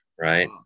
right